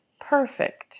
perfect